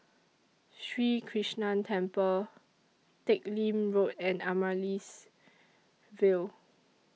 Sri Krishnan Temple Teck Lim Road and Amaryllis Ville